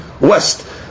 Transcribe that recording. west